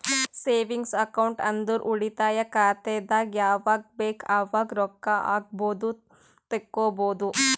savings account ಅಂದುರ್ ಉಳಿತಾಯ ಖಾತೆದಾಗ್ ಯಾವಗ್ ಬೇಕ್ ಅವಾಗ್ ರೊಕ್ಕಾ ಹಾಕ್ಬೋದು ತೆಕ್ಕೊಬೋದು